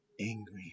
angry